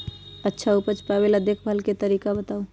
अच्छा उपज पावेला देखभाल के तरीका बताऊ?